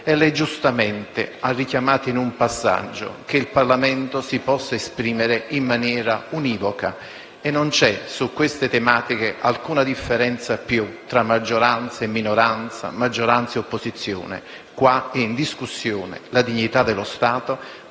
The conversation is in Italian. lei giustamente ha richiamato in un passaggio che il Parlamento si possa esprimere in maniera univoca. Non c'è su queste tematiche alcuna differenza tra maggioranza e minoranza, maggioranza e opposizione. Qui è in discussione la dignità dello Stato,